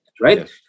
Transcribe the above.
right